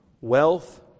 wealth